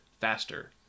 faster